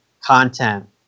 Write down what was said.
content